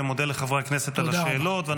ומודה לחברי הכנסת על השאלות.